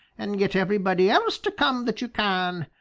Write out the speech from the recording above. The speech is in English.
and get everybody else to come that you can,